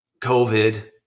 COVID